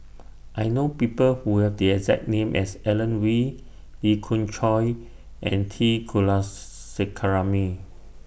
I know People Who Have The exact name as Alan Oei Lee Khoon Choy and T Kula sekaram